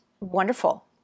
wonderful